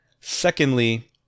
Secondly